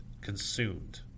consumed